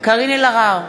קארין אלהרר,